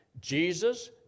Jesus